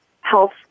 health